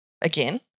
again